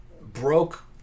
broke